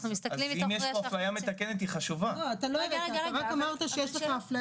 אני מבקשת לגבי 2021. צריך לעשות ביקור בבית